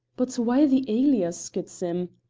but why the alias, good sim?